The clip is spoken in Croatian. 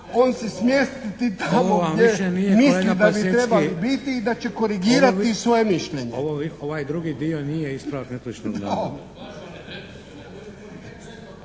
on se smjestiti tamo gdje misli da bi trebali biti i da će korigirati svoje mišljenje. **Šeks, Vladimir (HDZ)** Ovaj drugi dio nije ispravak netočnog